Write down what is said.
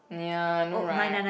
ya i know right